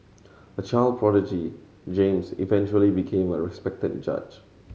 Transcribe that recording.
a child prodigy James eventually became a respected judge